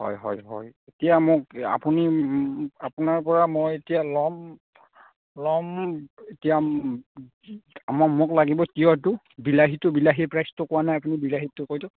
হয় হয় হয় এতিয়া মোক আপুনি আপোনাৰ পৰা মই এতিয়া ল'ম ল'ম এতিয়া মোক লাগিব তিয়ঁহটো বিলাহীটো বিলাহীৰ প্ৰাইজটো কোৱা নাই আপুনি বিলাহীৰতো কৈ দিয়ক